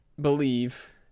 believe